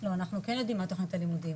אבל אנחנו כן יודעים מה תוכנית הלימודים,